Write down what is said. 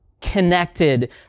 connected